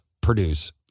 produce